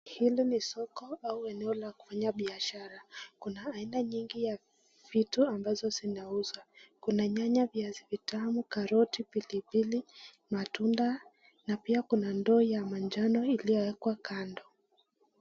Hili ni soko ama eneo la kufanya biashara kuna aina nyingi ya vitu ambazo zinauzwa. Kuna nyanta, viazi vitamu, karoti, pilipili matunda na pia kuna ndoo ya manjano iliyowekwa kando.